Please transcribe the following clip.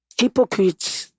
hypocrites